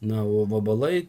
na o vabalai